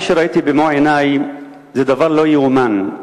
מה שראיתי במו-עיני זה דבר לא ייאמן,